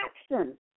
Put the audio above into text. action